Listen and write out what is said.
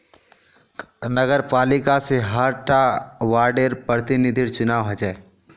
नगरपालिका से हर टा वार्डर प्रतिनिधिर चुनाव होचे